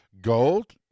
Gold